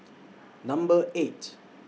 Number eight